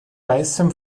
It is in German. weißem